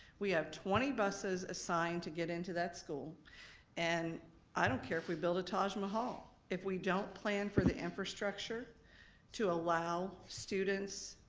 we have twenty buses assigned to get into that school and i don't care if we build a taj mahal. if we don't plan for the infrastructure to allow students,